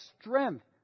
strength